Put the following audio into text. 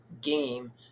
game